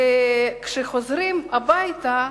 וכשחוזרים הביתה,